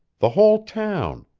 the whole town.